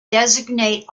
designate